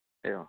एवं